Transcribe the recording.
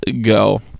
go